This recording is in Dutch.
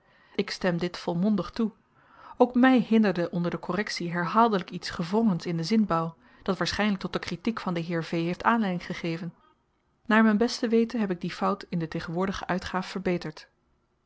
ik stem dit volmondig toe ook my hinderde onder de korrektie herhaaldelyk iets gewrongens in den zinbouw dat waarschynlyk tot de kritiek van den heer v heeft aanleiding gegeven naar m'n beste weten heb ik die fout in de tegenwoordige uitgaaf verbeterd